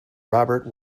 robert